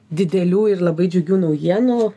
didelių ir labai džiugių naujienų